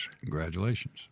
Congratulations